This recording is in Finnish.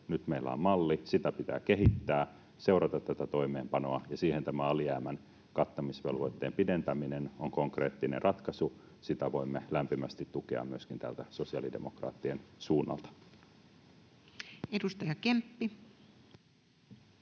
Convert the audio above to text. nyt meillä on malli. Sitä pitää kehittää, seurata tätä toimeenpanoa, ja siihen tämä alijäämän kattamisvelvoitteen pidentäminen on konkreettinen ratkaisu. Sitä voimme lämpimästi tukea myöskin täältä sosiaalidemokraattien suunnalta. [Speech